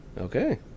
Okay